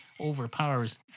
overpowers